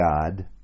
God